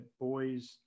boys